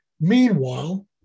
Meanwhile